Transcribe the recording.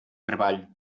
treball